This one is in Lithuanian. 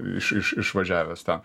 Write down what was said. iš iš išvažiavęs ten